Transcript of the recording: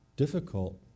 Difficult